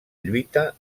lluita